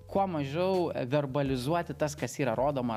kuo mažiau verbalizuoti tas kas yra rodoma